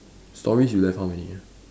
stories you have how many ah